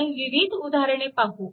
आपण विविध उदाहरणे पाहू